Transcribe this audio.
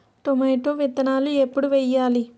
Tomato విత్తనాలు ఎప్పుడు వెయ్యాలి?